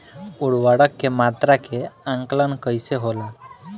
उर्वरक के मात्रा के आंकलन कईसे होला?